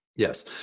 Yes